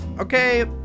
Okay